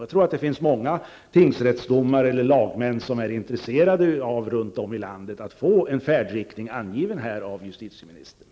Jag tror att det finns många tingsrättsdomare och lagmän runt om i landet som är intresserade av att få färdriktningen angiven av justitieministern.